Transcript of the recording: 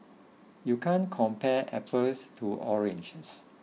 you can't compare apples to oranges